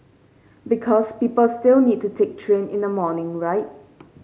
because people still need to take train in the morning right